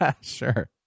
Sure